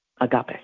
Agape